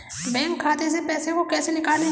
Bank खाते से पैसे को कैसे निकालें?